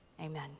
Amen